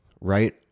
right